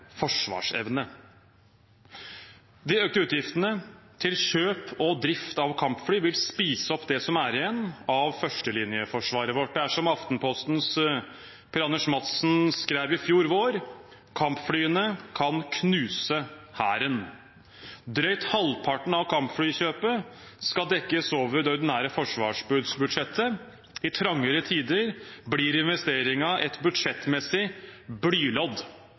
forsvarsevne. De økte utgiftene til kjøp og drift av kampfly vil spise opp det som er igjen av førstelinjeforsvaret vårt. Det er som Aftenpostens Per Anders Madsen skrev i fjor vår: «Kampflyene kan knuse Hæren.» Og som Madsen skrev videre: «Drøyt halvparten av kampflykjøpet skal dekkes over det ordinære forsvarsbudsjettet. I trangere tider blir investeringen et budsjettmessig blylodd.